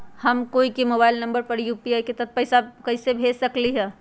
हम कोई के मोबाइल नंबर पर यू.पी.आई के तहत पईसा कईसे भेज सकली ह?